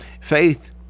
Faith